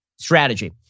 strategy